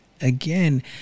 again